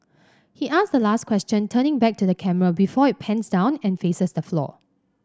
he asks the last question turning back to the camera before it pans down and faces the floor